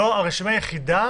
זו הרשימה היחידה,